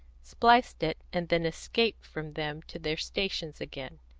spliced it, and then escaped from them to their stations again.